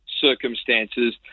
circumstances